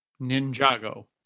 Ninjago